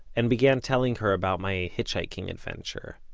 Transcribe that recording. and began telling her about my hitchhiking adventure.